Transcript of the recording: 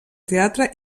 teatre